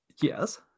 Yes